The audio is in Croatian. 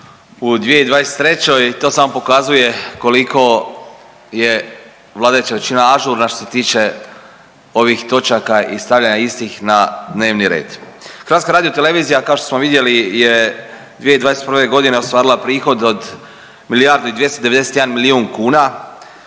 u 2023. i to samo pokazuje koliko je vladajuća većina ažurna što se tiče ovih točaka i stavljanja istih na dnevni red. HRT kao što smo vidjeli je 2021.g. ostvarila prihod od milijardu i 291 milijun kuna,